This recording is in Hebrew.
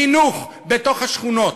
חינוך בתוך השכונות.